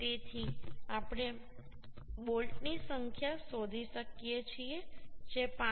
તેથી આપણે બોલ્ટની સંખ્યા શોધી શકીએ છીએ જે 5